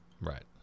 Right